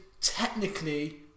technically